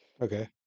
Okay